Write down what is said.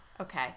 Okay